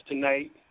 Tonight